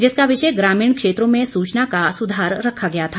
जिसका विषय ग्रामीण क्षेत्रों में सूचना का सुधार रखा गया था